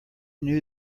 knew